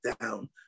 down